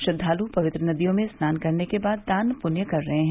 श्रद्वालु पवित्र नदियों में स्नान करने के बाद दान पुण्य कर रहे हैं